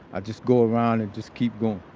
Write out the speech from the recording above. i just go around and just keep going